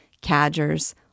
cadgers